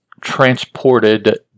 transported